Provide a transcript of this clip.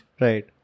Right